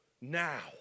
Now